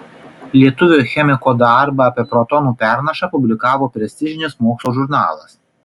lietuvio chemiko darbą apie protonų pernašą publikavo prestižinis mokslo žurnalas